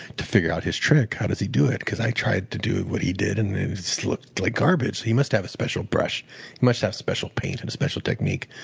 to figure out his trick how does he do it? because i tried to do what he did and it looked like garbage. he must have a special brush must have special paint and a special technique.